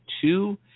two